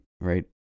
right